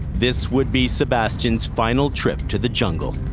this would be sebastian's final trip to the jungle.